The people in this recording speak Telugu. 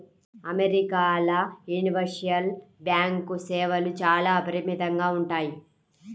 అమెరికాల యూనివర్సల్ బ్యాంకు సేవలు చాలా అపరిమితంగా ఉంటాయి